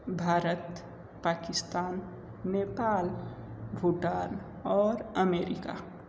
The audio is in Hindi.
भारत पाकिस्तान नेपाल भूटान और अमेरिका